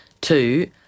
Two